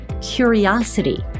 curiosity